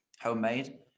homemade